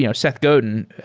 you know seth godin,